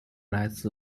来自